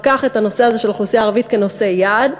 לקח את הנושא הזה של אוכלוסייה ערבית כנושא יעד,